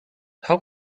how